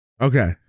okay